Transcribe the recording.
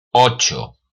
ocho